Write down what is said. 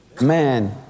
Man